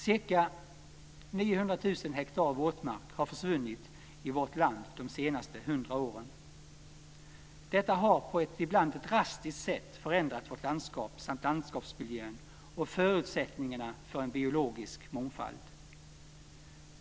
Ca 900 000 hektar våtmarker har försvunnit i vårt land de senaste 100 åren. Detta har på ett ibland drastiskt sätt förändrat vårt landskap samt landskapsmiljön och förutsättningarna för en biologisk mångfald.